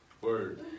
Word